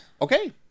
Okay